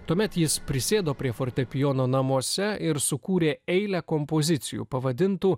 tuomet jis prisėdo prie fortepijono namuose ir sukūrė eilę kompozicijų pavadintų